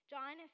John